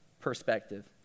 perspective